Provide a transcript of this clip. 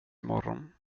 imorgon